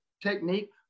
technique